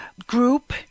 group